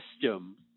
system